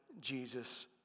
Jesus